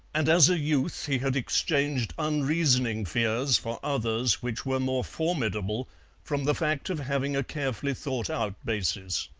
and as a youth he had exchanged unreasoning fears for others which were more formidable from the fact of having a carefully thought-out basis.